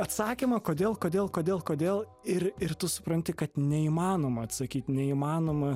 atsakymą kodėl kodėl kodėl kodėl ir ir tu supranti kad neįmanoma atsakyt neįmanoma